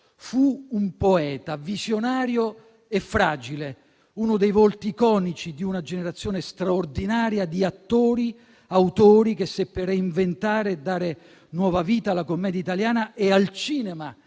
Fu un poeta visionario e fragile, uno dei volti iconici di una generazione straordinaria di attori e autori, che seppe reinventare e dare nuova vita alla commedia italiana e al cinema